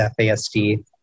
FASD